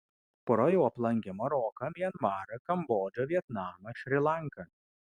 pora jau aplankė maroką mianmarą kambodžą vietnamą šri lanką